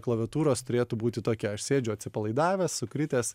klaviatūros turėtų būti tokia aš sėdžiu atsipalaidavęs sukritęs